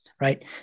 right